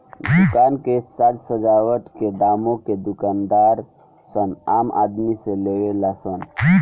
दुकान के साज सजावट के दामो के दूकानदार सन आम आदमी से लेवे ला सन